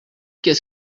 qu’est